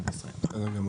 בסדר גמור.